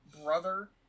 brother